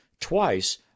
Twice